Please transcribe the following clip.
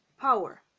power